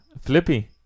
Flippy